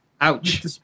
Ouch